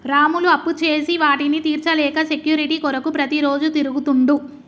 రాములు అప్పుచేసి వాటిని తీర్చలేక సెక్యూరిటీ కొరకు ప్రతిరోజు తిరుగుతుండు